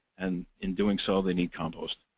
and in doing so, they need compost.